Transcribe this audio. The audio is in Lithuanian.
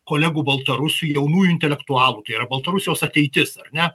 kolegų baltarusių jaunųjų intelektualų tai yra baltarusijos ateitis ar ne